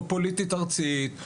או פוליטית ארצית,